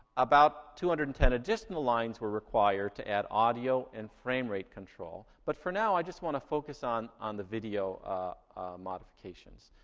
about two hundred and ten additional lines were required to add audio and frame-rate control. but for now, i just want to focus on on the video modifications.